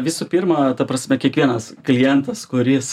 visų pirma ta prasme kiekvienas klientas kuris